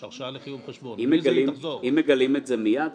אם מגלים את זה מיד,